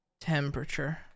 Temperature